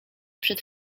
przed